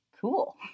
Cool